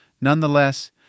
Nonetheless